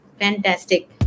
Fantastic